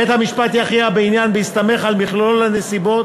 בית-המשפט יכריע בעניין בהסתמך על מכלול הנסיבות,